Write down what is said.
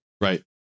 Right